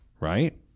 right